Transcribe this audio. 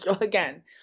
again